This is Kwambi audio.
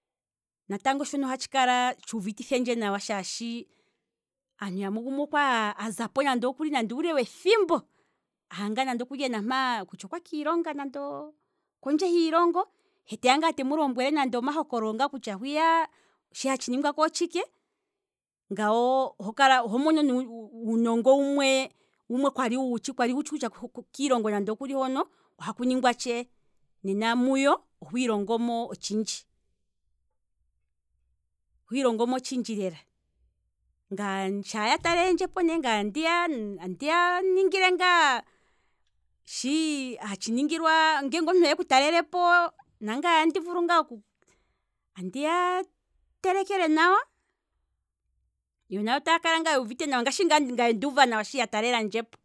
Natango shono ohatshi kala tshuubiti thendje nawa shaashi aantu yamwe okwali azapo nande uule wethimbo aha ngaa nande okuli okwa kiilonga kondje hiilongo, he teya ne temu lombwele nande omahokololo ngaa kutya hwiya shi hatshi ningwako otshike, ngano oho mono uunongo wumwe, kwali wutshi kutya kiilongo nande okuli hono ohaku ningwa tshee, nena muyo, ohwiilongomo tshindji, hwiilngom otshindji lela, ngaye shaa ya talelendjepo ne ngaye andiya, andiya ningile ngaa shi hatshi ningilwa ngele omuntu eya eku talelepo nangaye andi vulu ngaa, andiya telekele nawa, yo nayo taakala ngaa yuuvite nawa ngashi ngaa ngaye nduuva nawa sho ya ta lelandjepo.